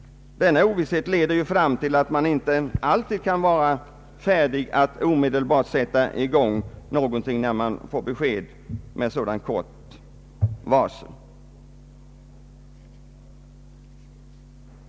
Denna ovisshet leder ju till att man inte alltid kan vara beredd att omedelbart sätta i gång byggandet, när man får besked med så kort varsel.